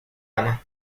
ama